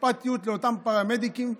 אכפתיות אמיתית לאותם פרמדיקים,